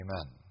Amen